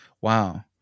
Wow